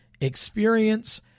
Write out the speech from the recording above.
experience